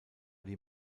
die